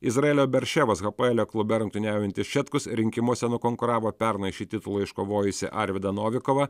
izraelio beer ševos hapoelo klube rungtyniaujantis šetkus rinkimuose nukonkuravo pernai šį titulą iškovojusį arvydą novikovą